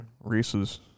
Reese's